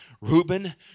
Reuben